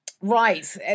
Right